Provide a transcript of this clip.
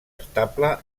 estable